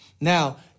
now